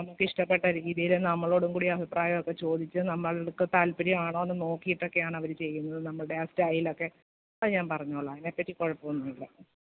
നമുക്കിഷ്ടപ്പെട്ട രീതീൽ നമ്മളോടും കൂടി അഭിപ്രായമൊക്കെ ചോദിച്ച് നമ്മൾടെടുത്ത് താൽപര്യവാണോന്നു നോക്കീട്ടൊക്കെയാണവർ ചെയ്യുന്നത് നമ്മുടെ ആ സ്റ്റൈലൊക്കെ ഒക്കെ ഞാൻ പറഞ്ഞോളാം അതിനെപ്പറ്റി കുഴപ്പവൊന്നൂല്ല